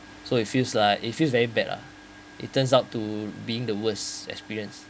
so it feels like it feels very bad lah it turns out to being the worst experience